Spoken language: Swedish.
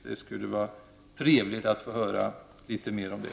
Det skulle vara trevligt att få höra litet mer om det.